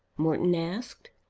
morton asked.